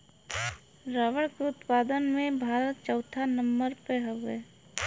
रबड़ के उत्पादन में भारत चउथा नंबर पे हउवे